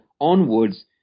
onwards